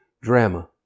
drama